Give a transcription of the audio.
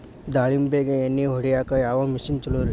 ದಾಳಿಂಬಿಗೆ ಎಣ್ಣಿ ಹೊಡಿಯಾಕ ಯಾವ ಮಿಷನ್ ಛಲೋರಿ?